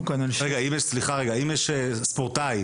ספורטאי